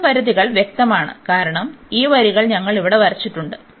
x പരിധികൾ വ്യക്തമാണ് കാരണം ഈ വരികൾ ഞങ്ങൾ ഇവിടെ വരച്ചിട്ടുണ്ട്